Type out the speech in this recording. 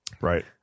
Right